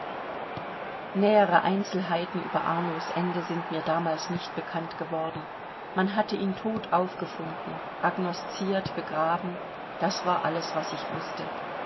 nähere einzelheiten über arnos ende sind mir damals nicht bekannt geworden man hat ihn tot aufgefunden agnosziert begraben das war alles was ich wußte